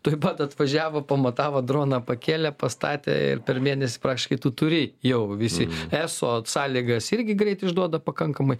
tuoj pat atvažiavo pamatavo droną pakėlė pastatė ir per mėnesį praktiškai tu turi jau visi eso sąlygas irgi greit išduoda pakankamai